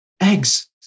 Eggs